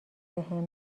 بهم